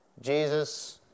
Jesus